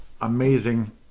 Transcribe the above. amazing